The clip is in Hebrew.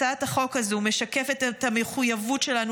הצעת החוק הזו משקפת את המחויבות שלנו